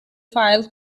file